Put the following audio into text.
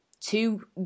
two